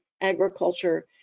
agriculture